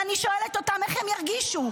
ואני שואלת אותן: איך הן ירגישו?